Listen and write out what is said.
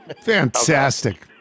Fantastic